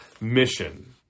mission